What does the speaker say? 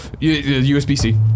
USB-C